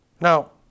Now